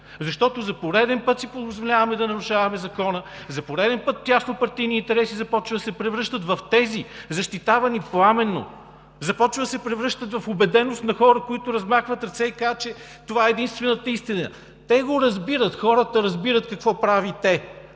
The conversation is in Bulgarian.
защото за пореден път си позволяваме да нарушаваме закона. За пореден път тяснопартийни интереси започват да се превръщат в тези, защитавани пламенно, започват да се превръщат в убеденост на хора, които размахват ръце и казват, че това е единствената истина. Хората разбират какво правите.